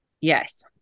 yes